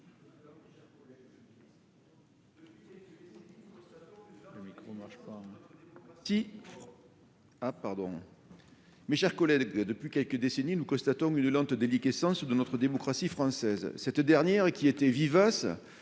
sur l'article. Depuis quelques décennies, nous constatons une lente déliquescence de notre démocratie française. Celle-ci, qui était vivace